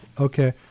Okay